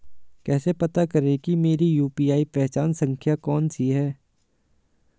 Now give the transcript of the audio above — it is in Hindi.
कैसे पता करें कि मेरी यू.पी.आई पहचान संख्या कौनसी है?